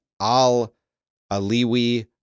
Al-Aliwi